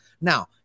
Now